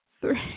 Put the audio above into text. three